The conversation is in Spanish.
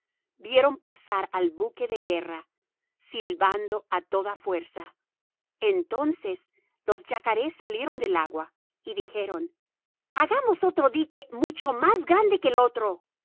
vieron pasar el buque de guerra silbando a toda fuerza entonces los yacarés salieron del agua y dijeron hagamos otro dique mucho más grande que el otro